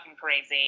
crazy